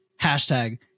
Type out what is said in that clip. Hashtag